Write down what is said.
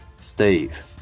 Steve